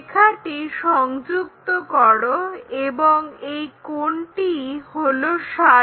রেখাটি সংযুক্ত করো এবং এই কোণটি হলো 60°